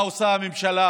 מה עושה הממשלה